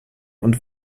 und